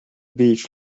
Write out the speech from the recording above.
beach